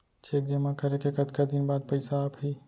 Cheque जेमा करें के कतका दिन बाद पइसा आप ही?